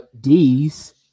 D's